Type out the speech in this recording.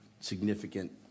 Significant